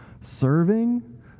serving